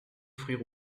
fruits